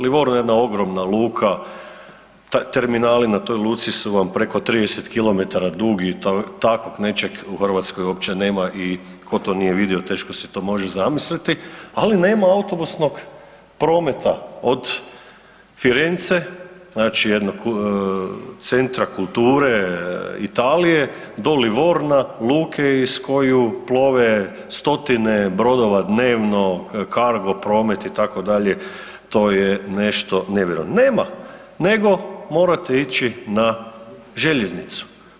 Livorno je jedna ogromna luka, terminali na toj luci su vam preko 30 km dugi, takvog nečeg u Hrvatskoj uopće nema i tko to nije vidio teško si to može zamisliti, ali nema autobusnog prometa od Firence znači jednog centra kulture Italije do LIvorna luke iz koje plove stotine brodova dnevno, cargo promet itd. to je nešto nevjerojatno, nema nego morate ići na željeznicu.